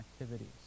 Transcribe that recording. activities